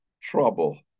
trouble